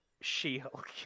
She-Hulk